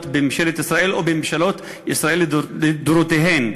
בממשלת ישראל או בממשלות ישראל לדורותיהן.